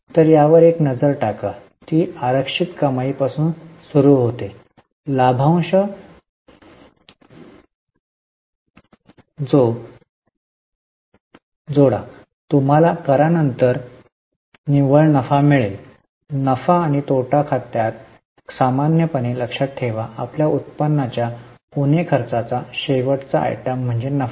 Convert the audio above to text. तर यावर एक नजर टाका ती आरक्षित कमाई पासून सुरू होते लाभांश जोडा तुम्हाला करानंतर निव्वळ नफा मिळेल नफा आणि तोटा खात्यात सामान्यपणे लक्षात ठेवा आपल्या उत्पन्नाच्या उणे खर्चाचा शेवटचा आयटम म्हणजे नफा